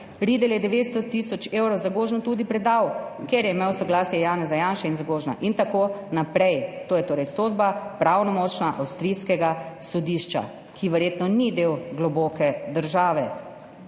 Riedl je 900 tisoč evrov Zagožnu tudi predal, ker je imel soglasje Janeza Janše in Zagožna« in tako naprej. To je torej pravnomočna sodba avstrijskega sodišča, ki verjetno ni del globoke države.